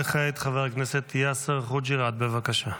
וכעת חבר הכנסת יאסר חוג'יראת, בבקשה.